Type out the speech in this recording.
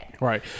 Right